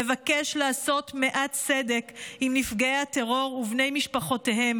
מבקש לעשות מעט צדק עם נפגעי הטרור ובני משפחותיהם